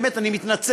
באמת, אני מתנצל.